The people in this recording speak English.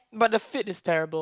but the fit is terrible